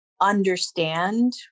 understand